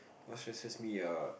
what stresses me err